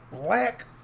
black